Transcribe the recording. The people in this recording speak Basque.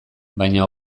baina